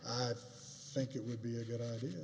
i've think it would be a good idea